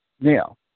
Now